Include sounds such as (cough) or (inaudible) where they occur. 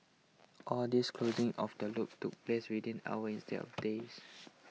all this closing of the loop took place within hours instead (noise) of days